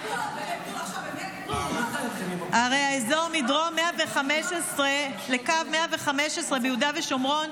הרי האזור בקו 115 ביהודה ושומרון,